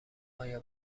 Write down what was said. ایا